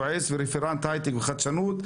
יועץ ורפרנט הייטק וחדשנות,